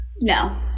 no